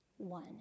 One